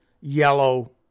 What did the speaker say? yellow